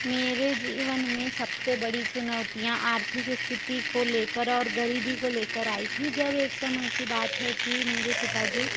मेरे जीवन में सबसे बड़ी चुनौतिययाँ आर्थिक स्थिति को लेकर और गरीबी को लेकर आई थी जब एक समय की बात है कि मेरे पिताजी